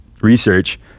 research